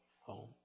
home